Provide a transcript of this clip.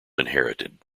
inherited